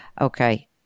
Okay